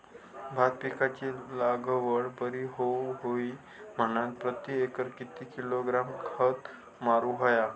भात पिकाची लागवड बरी होऊक होई म्हणान प्रति एकर किती किलोग्रॅम खत मारुक होया?